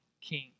king